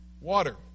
Water